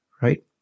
right